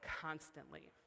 constantly